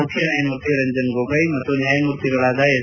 ಮುಖ್ಯ ನ್ಯಾಯಮೂರ್ತಿ ರಂಜನ್ ಗೊಗೋಯ್ ಮತ್ತು ನ್ಯಾಯಮೂರ್ತಿಗಳಾದ ಎಸ್